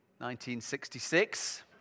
1966